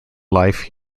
life